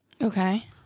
Okay